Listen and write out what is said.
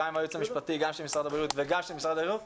היועצים המשפטיים של משרד הבריאות ומשרד החינוך,